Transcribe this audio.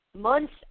months